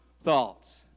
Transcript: thoughts